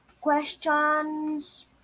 questions